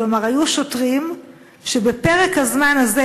כלומר היו שוטרים שבפרק הזמן הזה,